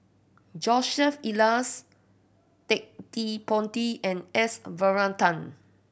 Joseph Elias Ted De Ponti and S Varathan